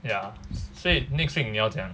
ya 所以 next week 你要怎样